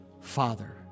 Father